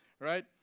right